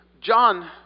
John